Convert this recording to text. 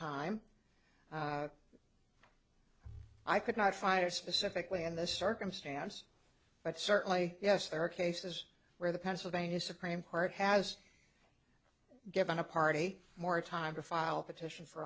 time i could not fire specifically in this circumstance but certainly yes there are cases where the pennsylvania supreme court has given a party more time to file a petition for